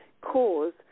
cause